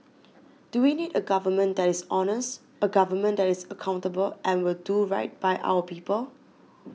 do we need a government that is honest a government that is accountable and will do right by our people